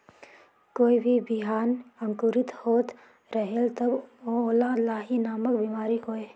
कोई भी बिहान अंकुरित होत रेहेल तब ओमा लाही नामक बिमारी होयल?